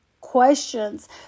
questions